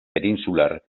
peninsular